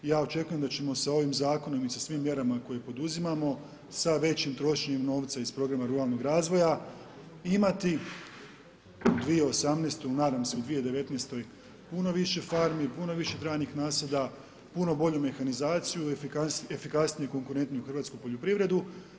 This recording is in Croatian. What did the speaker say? I ja očekujem da ćemo se ovim zakonom i sa svim mjerama koje poduzimamo sa većim trošenjem novca iz Programa ruralnog razvoja imati 2018. nadam se u 2019. puno više farmi, puno više trajnih nasada, puno bolju mehanizaciju, efikasniju konkurentniju hrvatsku poljoprivredu.